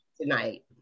tonight